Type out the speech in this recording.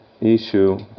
issue